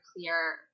clear